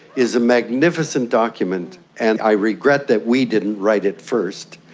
is a magnificent document and i regret that we didn't write it first.